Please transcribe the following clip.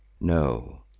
No